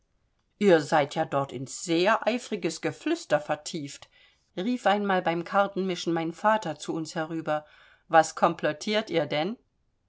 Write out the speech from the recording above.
ihr seid ja dort in sehr eifriges geflüster vertieft rief einmal beim kartenmischen mein vater zu uns herüber was komplottiert ihr denn